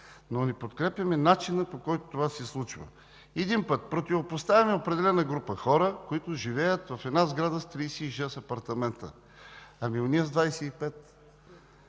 но не подкрепяме начина, по който това се случва. Един път противопоставяме определена група хора, които живеят в сграда с 36 апартамента. Ами онези с 25?